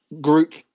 group